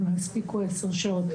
לא יספיקו גם עשר שעות.